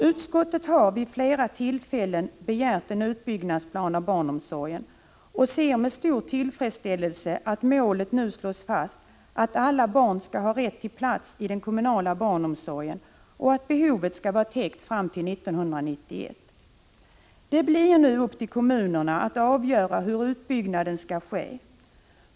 Utskottet har vid flera tillfällen begärt en utbyggnadsplan beträffande barnomsorgen och ser med stor tillfredsställelse att målet nu slås fast att alla barn skall ha rätt till plats i den kommunala barnomsorgen och att behovet skall vara täckt fram till 1991. Det ankommer nu på kommunerna att avgöra hur utbyggnaden skall ske.